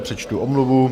Přečtu omluvu.